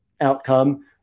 outcome